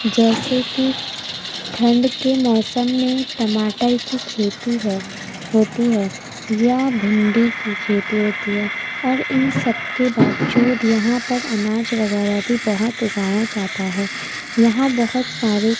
جیسے کہ ٹھنڈ کے موسم میں ٹماٹر کی کھیتی ہے ہوتی ہے یا بھنڈی کی کھیتی ہوتی ہے اور ان سب کے باوجود یہاں پر اناج وغیرہ بھی بہت اگایا جاتا ہے یہاں بہت سارے